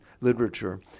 literature